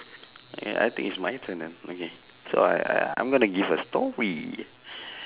yeah I think it's my turn now okay so I I I'm gonna give a story